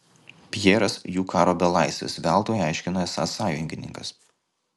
pjeras jų karo belaisvis veltui aiškino esąs sąjungininkas